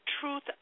Truth